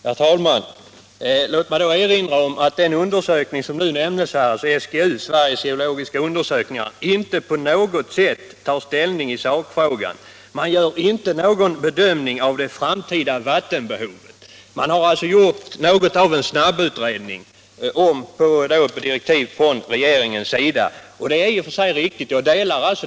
Herr talman! Låt mig erinra om att den undersökning som nämndes, nämligen den som utförts av SGU — Sveriges geologiska undersökningar —- inte tar ställning i sakfrågan. Man gör inte någon bedömning av det framtida vattenbehovet. Man har alltså gjort något av en snabbutredning på direktiv från regeringen och det är i och för sig bra.